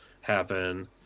happen